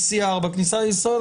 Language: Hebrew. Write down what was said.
בדיקות PCR בכניסה לישראל,